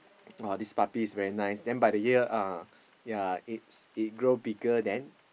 oh this puppy is very nice by the year it grow bigger then